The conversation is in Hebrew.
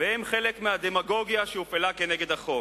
והם חלק מהדמגוגיה שהופעלה כנגד החוק.